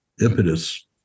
impetus